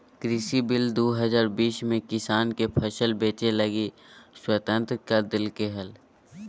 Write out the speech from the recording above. कृषि बिल दू हजार बीस में किसान के फसल बेचय लगी स्वतंत्र कर देल्कैय हल